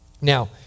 Now